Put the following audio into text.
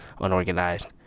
unorganized